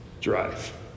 drive